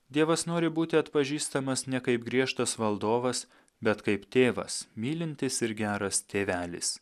dievas nori būti atpažįstamas ne kaip griežtas valdovas bet kaip tėvas mylintis ir geras tėvelis